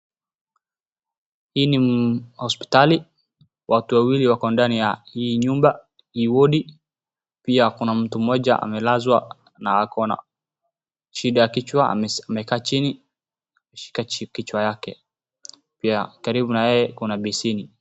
Hii ni hospitali. Watu wawili wako ndani ya hii nyumba, hii wodi. Pia kuna mtu mmoja amelazwa na ako na shida ya kichwa amekaa chini akishika kichwa yake. Pia karibu na yeye kuna beseni.